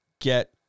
get